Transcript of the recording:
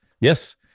Yes